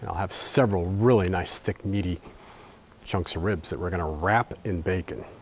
have several really nice thick meaty chunks of ribs that we're going to wrap in bacon.